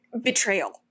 betrayal